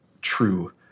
true